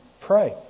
pray